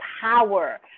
power